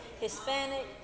Hispanic